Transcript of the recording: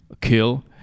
kill